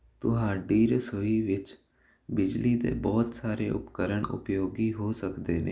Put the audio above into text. ਤੁਹਾਡੀ ਰਸੋਈ ਵਿੱਚ ਬਿਜਲੀ ਦੇ ਬਹੁਤ ਸਾਰੇ ਉਪਕਰਣ ਉਪਯੋਗੀ ਹੋ ਸਕਦੇ ਨੇ